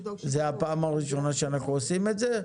זו הפעם הראשונה שאנחנו עושים את זה,